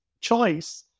choice